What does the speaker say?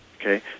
Okay